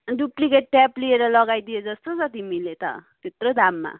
duplicate tap लिएर लगाइदियो जस्तो छ तिमीले त्यत्रो दाममा